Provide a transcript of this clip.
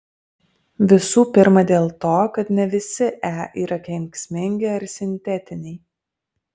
visų pirma dėl to kad ne visi e yra kenksmingi ar sintetiniai